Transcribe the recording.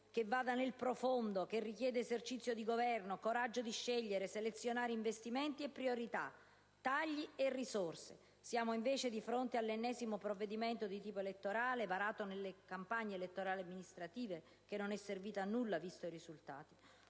che vada nel profondo, che richieda esercizio del governo*,* coraggio di scegliere e di selezionare investimenti e priorità, tagli e risorse. Siamo invece di fronte all'ennesimo provvedimento di tipo elettorale, varato nel pieno della campagna per le amministrative, che non è servito a nulla, visti i risultati;